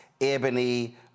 ebony